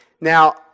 Now